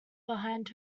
behind